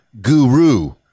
guru